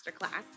masterclass